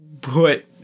put